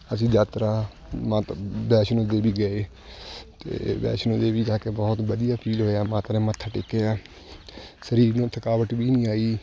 ਅਸੀਂ ਯਾਤਰਾ ਮਾਤਾ ਵੈਸ਼ਨੋ ਦੇਵੀ ਗਏ ਅਤੇ ਵੈਸ਼ਨੋ ਦੇਵੀ ਜਾ ਕੇ ਬਹੁਤ ਵਧੀਆ ਫੀਲ ਹੋਇਆ ਮਾਤਾ ਦੇ ਮੱਥਾ ਟੇਕਿਆ ਸਰੀਰ ਨੂੰ ਥਕਾਵਟ ਵੀ ਨਹੀਂ ਆਈ